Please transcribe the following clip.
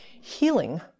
Healing